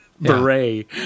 beret